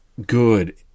good